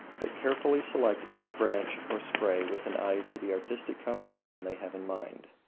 but carefully select each branch or spray with an eye to the artistic composition they have in mind.